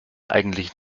eigentlich